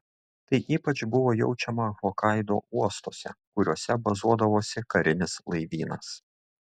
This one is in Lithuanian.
tai ypač buvo jaučiama hokaido uostuose kuriuose bazuodavosi karinis laivynas